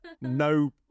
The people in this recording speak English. no